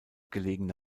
gelegene